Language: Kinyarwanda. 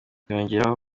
yongeraho